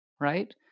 right